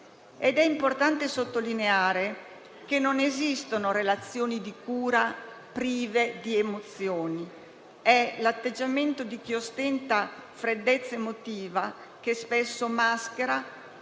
È importante sottolineare che non esistono relazioni di cura prive di emozioni: è l'atteggiamento di chi ostenta freddezza emotiva, che spesso maschera,